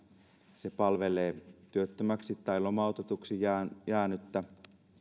se palvelee työttömäksi tai lomautetuksi jäänyttä jäänyttä